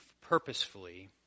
purposefully